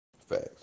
Facts